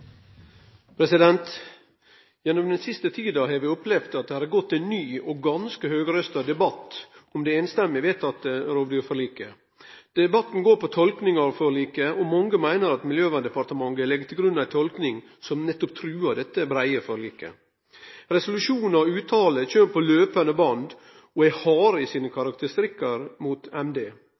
Gjennom den siste tida har vi opplevd at det har gått ein ny – og ganske høgrøysta – debatt om det samrøystes vedtekne rovdyrforliket. Debatten går på tolkinga av forliket. Mange meiner at Miljøverndepartementet legg til grunn ei tolking som nettopp truar dette breie forliket. Resolusjonar og fråsegner kjem på løpande band og er harde i sine